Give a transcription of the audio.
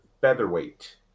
Featherweight